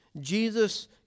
Jesus